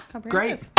Great